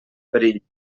perill